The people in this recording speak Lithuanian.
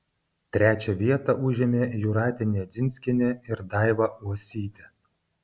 trečią vietą užėmė jūratė nedzinskienė ir daiva uosytė